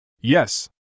Yes